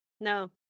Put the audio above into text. No